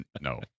No